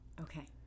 Okay